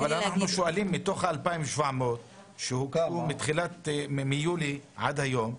אבל מתוך 2,700 שהוגשו מיולי עד היום,